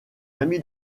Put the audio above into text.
ami